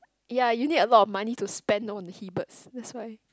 ya you need a lot of money to spend on the he birds